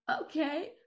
okay